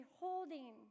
holding